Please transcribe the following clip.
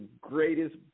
greatest